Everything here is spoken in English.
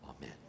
amen